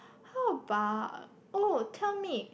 how about oh tell me